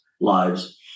lives